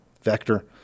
Vector